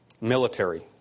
military